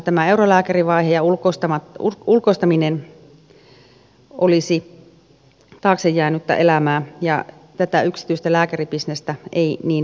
tämä eurolääkärivaihe ja ulkoistaminen olisivat taakse jäänyttä elämää ja tätä yksityistä lääkäribisnestä ei niin varjeltaisi